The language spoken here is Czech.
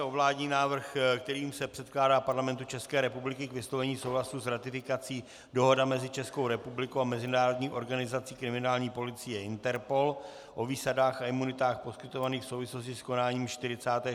Vládní návrh, kterým se předkládá Parlamentu České republiky k vyslovení souhlasu s ratifikací Dohoda mezi Českou republikou a Mezinárodní organizací kriminální policie INTERPOL o výsadách a imunitách poskytovaných v souvislosti s konáním 44.